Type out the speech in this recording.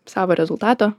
savo rezultato